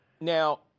Now